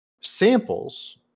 samples